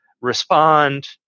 respond